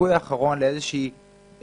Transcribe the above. הסיכוי האחרון לנורמליות,